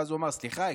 ואז הוא אמר: סליחה,